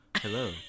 Hello